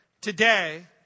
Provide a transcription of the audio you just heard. today